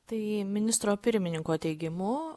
tai ministro pirmininko teigimu